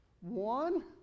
One